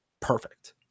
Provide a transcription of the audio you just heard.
perfect